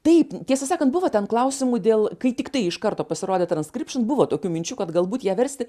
taip tiesą sakant buvo ten klausimų dėl kai tiktai iš karto pasirodė transkripšin buvo tokių minčių kad galbūt ją versti